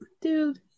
Dude